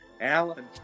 Alan